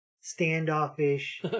standoffish